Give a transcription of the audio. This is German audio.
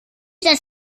das